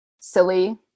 silly